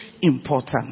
important